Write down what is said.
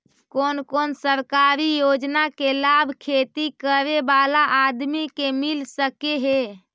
कोन कोन सरकारी योजना के लाभ खेती करे बाला आदमी के मिल सके हे?